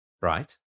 right